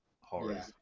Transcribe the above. horror